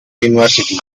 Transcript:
university